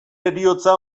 heriotza